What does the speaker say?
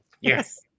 Yes